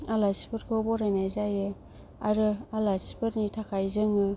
आलासिफोरखौ बरायनाय जायो आरो आलासिफोरनि थाखाय जोङो